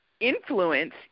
influence